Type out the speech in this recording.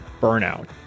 burnout